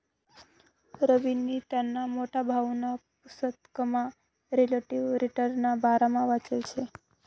रवीनी त्याना मोठा भाऊना पुसतकमा रिलेटिव्ह रिटर्नना बारामा वाचेल शे